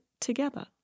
together